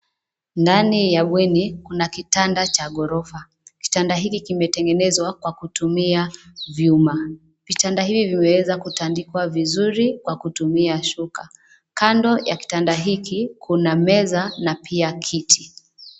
Ndani ya bweni kuna kitanda cha ghorofa. Vitanda hivi vimetengenezwa kwa kutumia vyuma. Vitanda hivi vimeweza kutandikwa vizuri kwa kutumia shuka. Kando ya kitanda hiki kuna meza na pia kiti.